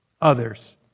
others